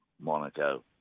Monaco